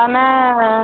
ଆମେ